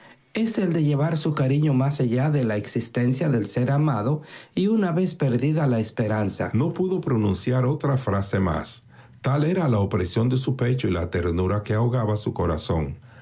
ciertoes el de llevar su cariño más allá de la existencia del ser amado y una vez perdida la esperanza no pudo pronunciar otra frase más tal era la opresión de su pecho y la ternura que ahogaba su corazón